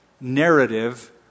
narrative